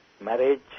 marriage